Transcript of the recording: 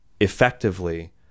effectively